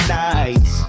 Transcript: nights